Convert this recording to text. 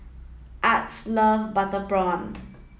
Ardis love butter prawn